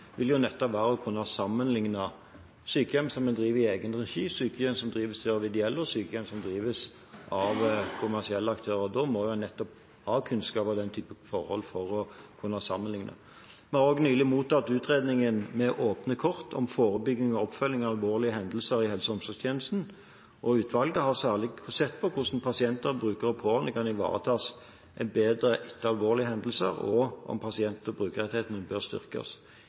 å kunne sammenlikne sykehjem som en driver i egen regi, sykehjem som drives av ideelle, og sykehjem som drives av kommersielle aktører. En må ha kunnskap om den typen forhold for å kunne sammenlikne. Vi har òg nylig mottatt utredningen Med åpne kort – Forebygging og oppfølging av alvorlige hendelser i helse- og omsorgstjenestene. Utvalget har særlig sett på hvordan pasienter, brukere og pårørende kan ivaretas bedre etter alvorlige hendelser, og om pasient- og brukerrettighetene bør styrkes.